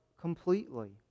completely